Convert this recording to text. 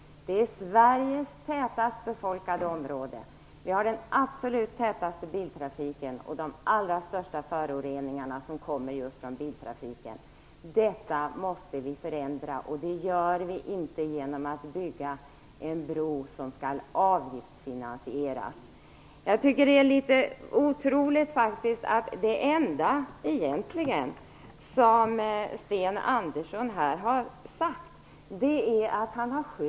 Det är Sveriges tätast befolkade område. Vi har där den absolut tätaste biltrafiken, och de allra största föroreningarna kommer just från biltrafiken. Detta måste vi förändra, och det gör vi inte genom att bygga en bro som skall avgiftsfinansieras. Sten Andersson skyller här hela Öresundsbroprojektet på Danmark.